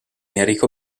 enrico